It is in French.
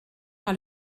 par